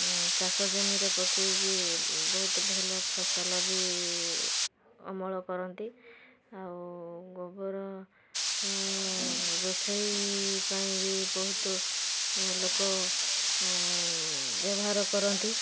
ଚାଷ ଜମିରେ ପକେଇକି ବହୁତ ଭଲ ଫସଲ ବି ଅମଳ କରନ୍ତି ଆଉ ଗୋବର ରୋଷେଇ ପାଇଁ ବି ବହୁତ ଲୋକ ବ୍ୟବହାର କରନ୍ତି